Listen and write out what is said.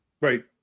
Right